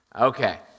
Okay